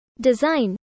Design